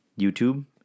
YouTube